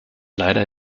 leider